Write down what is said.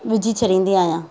विझी छॾींदी आहियां